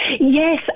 Yes